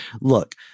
Look